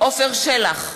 עפר שלח,